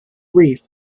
wreath